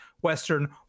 Western